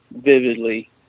vividly